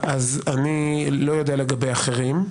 אני לא יודע לגבי אחרים.